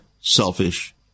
selfish